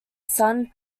son